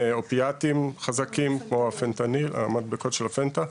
מאופיאטים חזקים או מהמדבקות של הפנטניל,